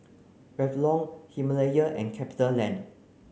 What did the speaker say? Revlon Himalaya and CapitaLand